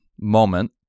moment